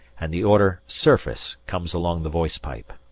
and the order surface comes along the voice pipe.